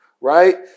Right